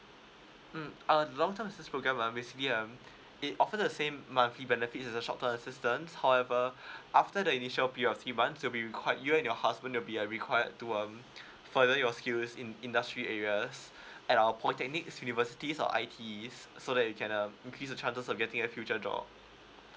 mm err long term assistance program um basically um it offer the same monthly benefit as the short term assistance however after the initial period of three months you will be required you and your husband will be a required to um further your skills in industry areas at our polytechnics universities or I_Ts so that you can um increase the chances of getting a future job